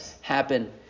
happen